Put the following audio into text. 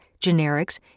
generics